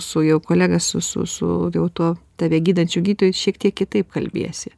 su jau kolega su su su jau tuo tave gydančiu gydytoju šiek tiek kitaip kalbiesi